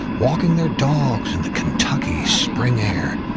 walking their dogs in the kentucky spring air.